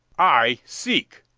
i seek!